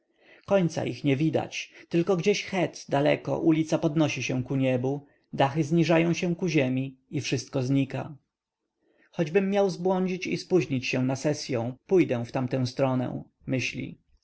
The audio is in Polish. końca ich nie widać tylko gdzieś het daleko ulica podnosi się ku niebu dachy zniżają się ku ziemi i wszystko znika no choćbym miał zbłądzić i spóźnić się na sesyą pójdę w tamtę stronę myśli